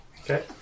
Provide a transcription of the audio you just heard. Okay